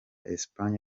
espagne